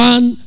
One